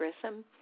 Grissom